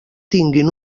tinguin